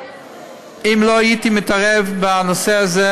אם לא הייתי מתערב בנושא הזה,